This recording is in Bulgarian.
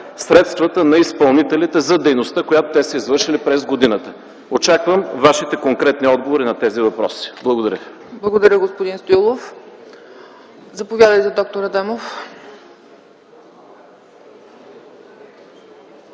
средствата на изпълнителите за дейността, която те са извършили през годината. Очаквам Вашите конкретни отговори на тези въпроси. Благодаря. ПРЕДСЕДАТЕЛ ЦЕЦКА ЦАЧЕВА: Благодаря, господин Стоилов. Заповядайте, д-р Адемов.